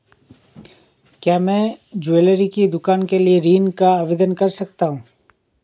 क्या मैं ज्वैलरी की दुकान के लिए ऋण का आवेदन कर सकता हूँ?